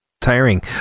tiring